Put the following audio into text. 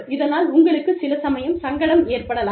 இதனால் உங்களுக்கு சில சமயம் சங்கடம் ஏற்படலாம்